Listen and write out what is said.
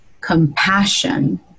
compassion